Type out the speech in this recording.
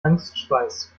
angstschweiß